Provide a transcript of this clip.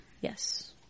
Yes